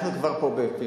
אנחנו פה כבר בפילוסופיה,